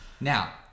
now